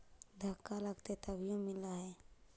धक्का लगतय तभीयो मिल है?